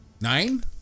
Nine